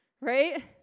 right